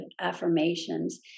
affirmations